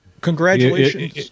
Congratulations